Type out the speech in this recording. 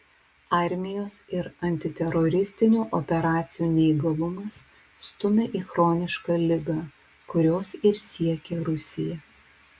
armijos ir antiteroristinių operacijų neįgalumas stumia į chronišką ligą kurios ir siekia rusija